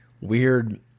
weird